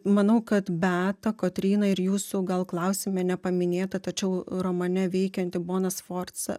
manau kad beata kotryna ir jūsų gal klausime nepaminėta tačiau romane veikianti bona sforca